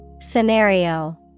Scenario